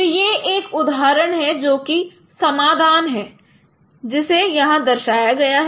तो यह एक उदाहरण है जो कि समाधान है जिसे यहां दर्शाया गया है